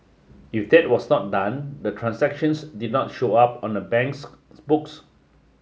if that was not done the transactions did not show up on the bank's books